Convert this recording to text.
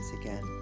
again